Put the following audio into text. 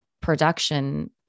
production